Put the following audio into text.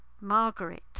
Margaret